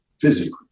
physically